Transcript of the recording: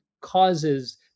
causes